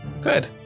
Good